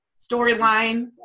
storyline